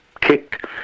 kicked